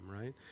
right